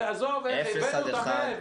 עזוב איך הביאנו אותם.